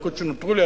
בדקות שנותרו לי,